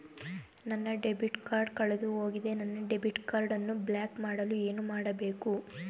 ನನ್ನ debit card ಕಳೆದುಹೋಗಿದೆ ನನ್ನ ಡೆಬಿಟ್ ಕಾರ್ಡ್ ಅನ್ನು ಬ್ಲಾಕ್ ಮಾಡಲು ಏನು ಮಾಡಬೇಕು?